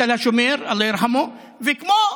בתל השומר, אללה ירחמוהו, וכמו